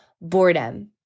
boredom